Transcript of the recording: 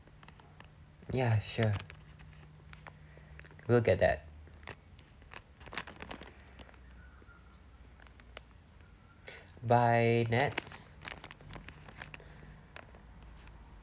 ya sure will get that by nets